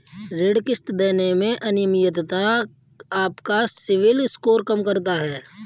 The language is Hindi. ऋण किश्त देने में अनियमितता आपका सिबिल स्कोर कम करता है